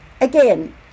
again